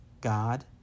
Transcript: God